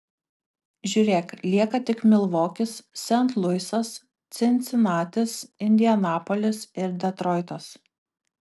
žiūrėk lieka tik milvokis sent luisas cincinatis indianapolis ir detroitas